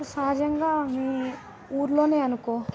ఇప్పుడు సహజంగా మీ ఊళ్ళోనే అనుకో